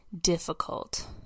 difficult